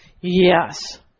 Yes